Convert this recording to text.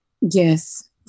Yes